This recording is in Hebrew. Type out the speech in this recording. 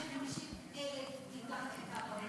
אז איך יש 50,000 מתחת לקו העוני?